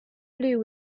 blew